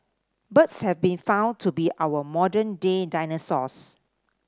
birds have been found to be our modern day dinosaurs